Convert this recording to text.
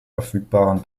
verfügbaren